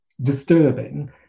disturbing